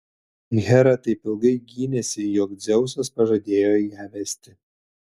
hera taip ilgai gynėsi jog dzeusas pažadėjo ją vesti